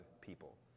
people